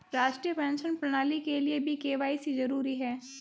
राष्ट्रीय पेंशन प्रणाली के लिए भी के.वाई.सी जरूरी है